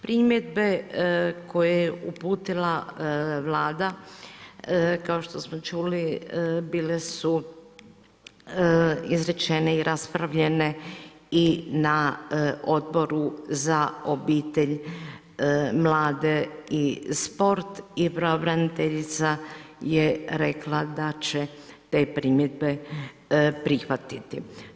Primjedbe koje je uputila Vlada kao što smo čuli bile su izrečene i raspravljene i na Odboru za obitelj, mlade i sport i pravobraniteljica je rekla da će te primjedbe prihvatiti.